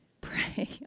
pray